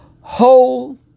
whole